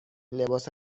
لباس